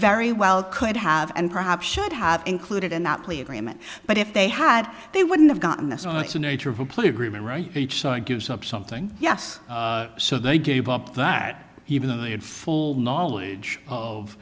very well could have and perhaps should have included in that plea agreement but if they had they wouldn't have gotten this on it's a nature of a plea agreement right each side gives up something yes so they gave up that even though they had full knowledge of